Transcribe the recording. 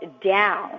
down